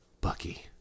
Bucky